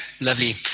Lovely